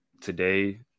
today